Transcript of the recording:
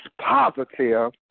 positive